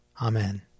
Amen